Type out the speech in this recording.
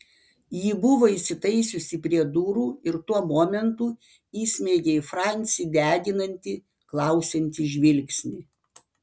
ji buvo įsitaisiusi prie durų ir tuo momentu įsmeigė į francį deginantį klausiantį žvilgsnį